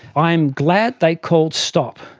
i am glad they called stop.